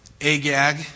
Agag